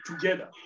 together